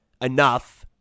enough